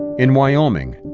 in wyoming,